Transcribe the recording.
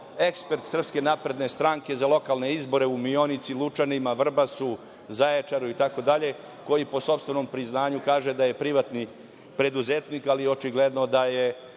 ekspert SNS za lokalne izbore u Mionici, Lučanima, Vrbasu, Zaječaru itd. koji po sopstvenom priznanju kaže da je privatni preduzetnik, ali očigledno da